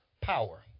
power